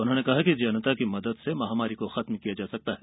उन्होंने कहा कि जनता की मदद से महामारी को खतम किया जा सकता है